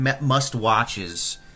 must-watches